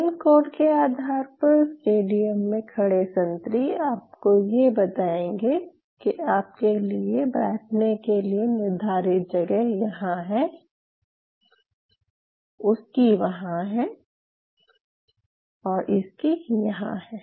इन code के आधार पर स्टेडियम में खड़े संतरी आपको ये बताएँगे कि आपके लिए बैठने के लिए निर्धारित जगह यहाँ पर है उसकी वहां है या इसकी यहाँ है